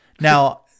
now